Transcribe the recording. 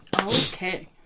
Okay